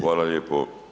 Hvala lijepo.